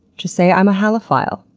just say, i'm a halophile.